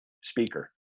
speaker